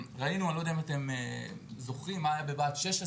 אני לא יודע אם אתם זוכרים מה היה בבה"ד 16